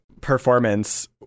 performance